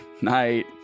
Night